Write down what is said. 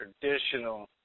traditional